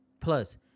Plus